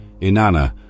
Inanna